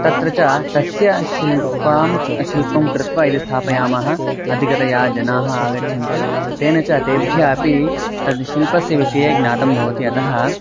तत्र च तस्य शिल्पं शिल्पं कृत्वा यदि स्थापयामः अधिकतया जनाः आगच्छन्ति तेन च तेभ्यः अपि तद् शिल्पस्य विषये ज्ञातं भवति अतः